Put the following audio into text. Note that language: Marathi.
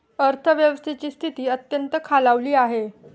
अर्थव्यवस्थेची स्थिती अत्यंत खालावली आहे